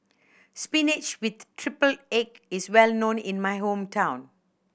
spinach with triple egg is well known in my hometown